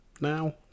now